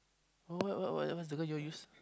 oh what what what's the gun you all use